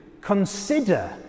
consider